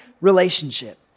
relationship